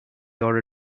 your